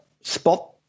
spot